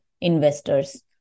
investors